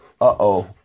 uh-oh